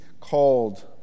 Called